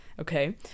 okay